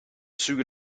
züge